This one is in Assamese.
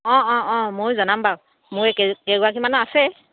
অঁ অঁ অঁ মইয়ো জনাম বাৰু মোৰ এই কেইগৰাকীমানৰ আছে